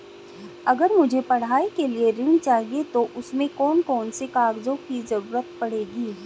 अगर मुझे पढ़ाई के लिए ऋण चाहिए तो उसमें कौन कौन से कागजों की जरूरत पड़ेगी?